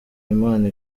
imana